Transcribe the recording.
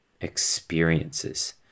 experiences